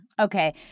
Okay